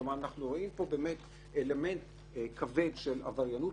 כלומר אנחנו רואים פה אלמנט כבד של עבריינות